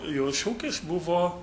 jo šūkis buvo